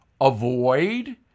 avoid